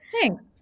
thanks